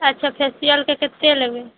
अइसे फेशियलके केत्ते लेबय